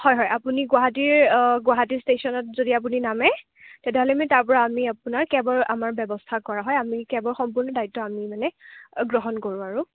হয় হয় আপুনি গুৱাহাটীৰ গুৱাহাটী ষ্টেচনত যদি আপুনি নামে তেতিয়াহ'লে আমি তাৰপৰা আমি আপোনাৰ কেবৰ আমাৰ ব্যৱস্থা কৰা হয় আমি কেবৰ সম্পূৰ্ণ দায়িত্ব আমি মানে গ্ৰহণ কৰোঁ আৰু